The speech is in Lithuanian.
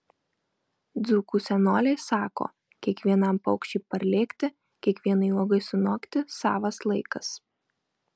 dzūkų senoliai sako kiekvienam paukščiui parlėkti kiekvienai uogai sunokti savas laikas